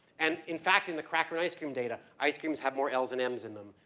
and in fact in the cracker ice cream data, ice cream's have more ls and ms in them.